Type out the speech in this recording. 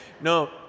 No